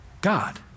God